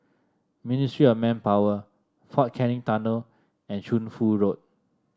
Ministry of Manpower Fort Canning Tunnel and Shunfu Road